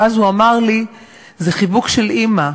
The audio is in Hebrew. ואז הוא אמר לי: זה חיבוק של אימא.